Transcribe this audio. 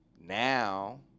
now